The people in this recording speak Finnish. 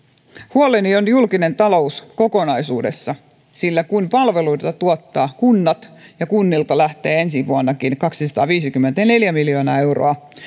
huoleni on julkinen talous kokonaisuudessaan sillä kun palveluita tuottavat kunnat ja kunnilta lähtee ensi vuonnakin kaksisataaviisikymmentäneljä miljoonaa euroa